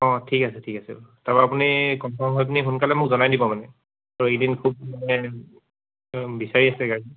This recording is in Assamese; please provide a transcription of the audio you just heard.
অঁ ঠিক আছে ঠিক আছে তাৰপৰা আপুনি কনফাৰ্ম হৈ পিনি সোনকালে মোক জনাই দিব মানে আৰু এইকেইদিন খুব মানে বিচাৰি আছে গাড়ী